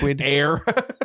air